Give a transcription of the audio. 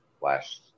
last